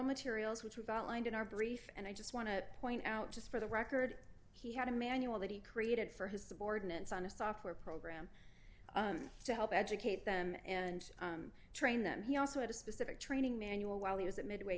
materials which we've got lined in our brief and i just want to point out just for the record he had a manual that he created for his subordinates on a software program to help educate them and train them he also had a specific training manual while he was at midway